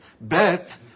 Bet